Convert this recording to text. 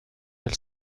elle